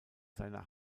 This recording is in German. seiner